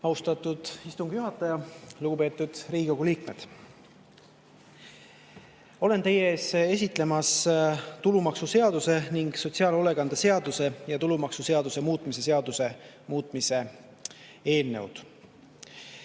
Austatud istungi juhataja! Lugupeetud Riigikogu liikmed! Olen teie ees, et esitleda tulumaksuseaduse ning sotsiaalhoolekande seaduse ja tulumaksuseaduse muutmise seaduse muutmise seaduse